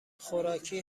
خوراکی